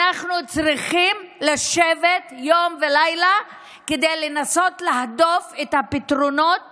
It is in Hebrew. אנחנו צריכים לשבת יום ולילה כדי לנסות להדוף את הפתרונות